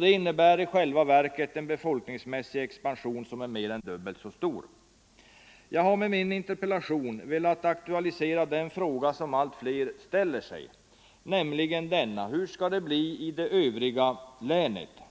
Det innebär i själva verket en befolkningsmässig expansion som är mer än dubbelt så stor. Jag har med min interpellation velat aktualisera den fråga som allt fler ställer sig: Hur skall det bli med det övriga länet?